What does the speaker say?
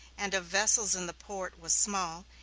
and of vessels in the port, was small,